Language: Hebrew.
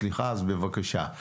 אז בבקשה.